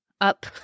up